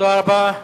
תודה רבה.